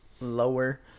lower